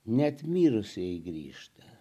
net mirusieji grįžta